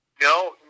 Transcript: No